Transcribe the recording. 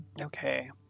Okay